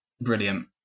brilliant